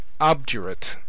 obdurate